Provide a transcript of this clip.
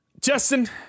Justin